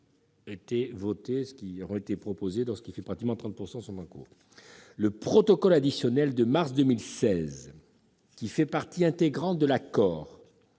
...